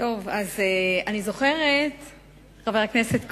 חבר הכנסת כהן,